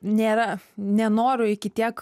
nėra nenoriu iki tiek